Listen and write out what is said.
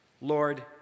Lord